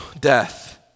death